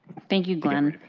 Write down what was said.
thank you, glenn.